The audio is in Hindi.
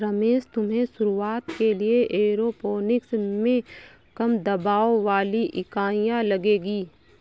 रमेश तुम्हें शुरुआत के लिए एरोपोनिक्स में कम दबाव वाली इकाइयां लगेगी